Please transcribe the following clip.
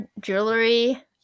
jewelry